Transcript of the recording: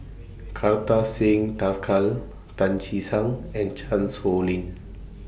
Kartar Singh Thakral Tan Che Sang and Chan Sow Lin